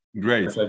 great